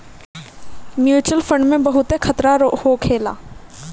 mutual fund में बहुते खतरा होखेला